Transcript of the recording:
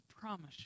promise